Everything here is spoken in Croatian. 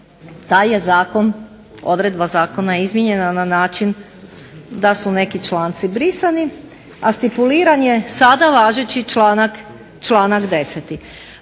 taj je zakon, odredba zakona je izmijenjena na način da su neki članci brisani, a stipuliran je sada važeći članak 10.